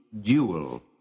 dual